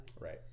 Right